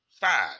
Five